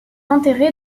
enterré